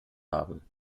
haben